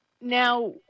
Now